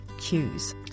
cues